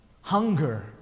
Hunger